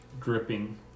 dripping